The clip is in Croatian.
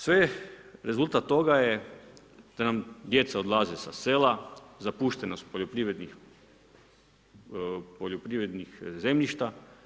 Sve rezultat toga je da nam djeca odlaze sa sela, zapuštenost poljoprivrednih zemljišta.